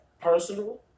personal